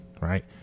right